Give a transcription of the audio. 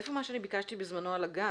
איפה מה שביקשתי בזמנו על הגז?